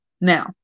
Now